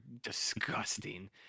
disgusting